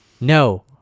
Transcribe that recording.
No